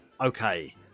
Okay